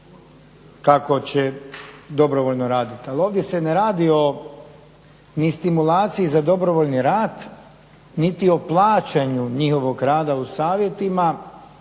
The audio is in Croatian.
kako će dobrovoljno raditi. Ali ovdje se ne radi o ni stimulaciji za dobrovoljni rad, niti o plaćanju njihovog rada u savjetima.